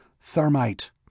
Thermite